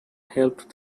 helped